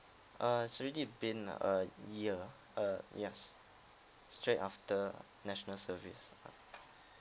err it's already been a year uh yes straight after national service